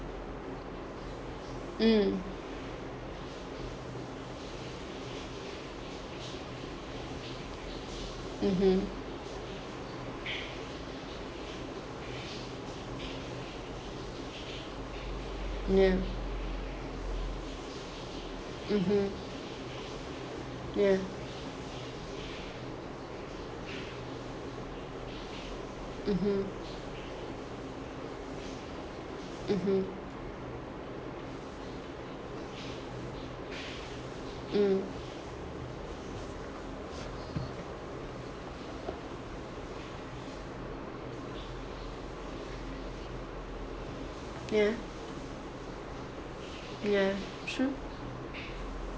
mm mmhmm yeah mmhmm yeah mmhmm mmhmm mm yeah yeah true